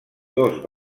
dos